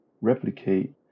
replicate